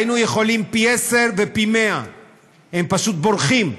היינו יכולים פי 10 ופי 100. הם פשוט בורחים,